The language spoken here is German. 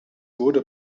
wurde